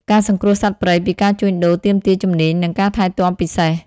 ការសង្គ្រោះសត្វព្រៃពីការជួញដូរទាមទារជំនាញ និងការថែទាំពិសេស។